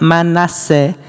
Manasseh